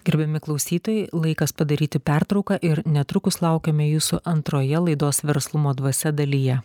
gerbiami klausytojai laikas padaryti pertrauką ir netrukus laukiame jūsų antroje laidos verslumo dvasia dalyje